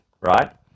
right